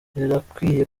birakwiye